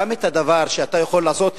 גם את הדבר שאתה יכול לעשות,